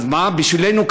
אז מה זה בשבילנו,